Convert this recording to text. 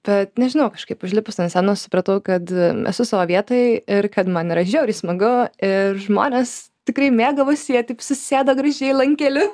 tad nežinau kažkaip užlipus ant scenos supratau kad esu savo vietoj ir kad man yra žiauriai smagu ir žmonės tikrai mėgavosi jie taip susėdo gražiai lankeliu